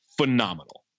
phenomenal